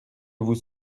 vous